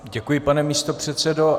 Děkuji, pane místopředsedo.